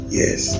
yes